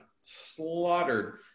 slaughtered